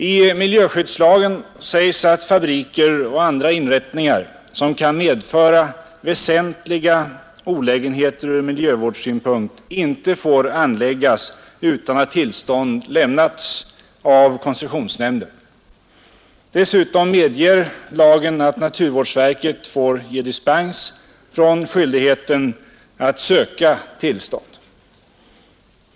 I miljöskyddslagen sägs att fabriker och andra inrättningar som kan medföra väsentliga olägenheter från miljövårdssynpunkt inte får anläggas utan att tillstånd lämnats av koncessionsnämnden. Dessutom medger lagen att naturvårdsverket får ge dispens från skyldigheten att söka tillstånd.